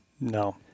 no